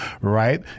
right